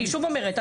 אני שוב אומרת,